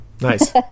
Nice